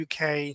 UK